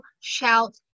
shout